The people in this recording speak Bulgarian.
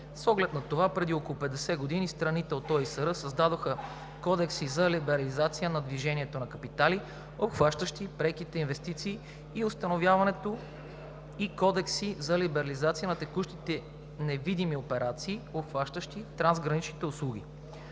С оглед на това преди около 50 години страните от ОИСР създадоха Кодекси за либерализация на движенията на капитали, обхващащи преките инвестиции и установяването, и Кодекси за либерализация на текущите невидими операции, обхващащи трансграничните услуги.